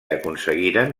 aconseguiren